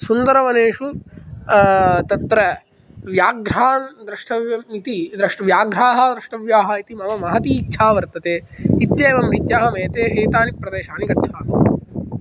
सुन्दरवनेषु तत्र व्याघ्रान् द्रष्टव्यम् इति दृष्ट् व्याघ्राः द्रष्टव्याः इति मम महती इच्छा वर्तते इत्येवं रीत्या अहं एते एतानि प्रदेशानि गच्छामि